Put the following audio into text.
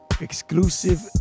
Exclusive